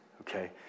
okay